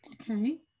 Okay